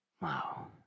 Wow